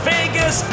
Vegas